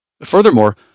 Furthermore